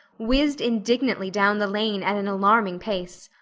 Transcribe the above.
whizzed indignantly down the lane at an alarming pace.